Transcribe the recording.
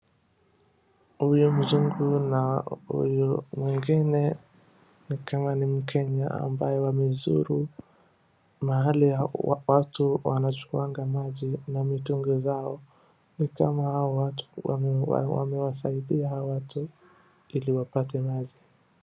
Huyu mzungu na huyu mwingine ni kama ni mkenya ambye wamezuru mahali watu wanachukuanga maji na mitungi zao. Nikama hao watu wamewasaidia hao watu ili wapate maji.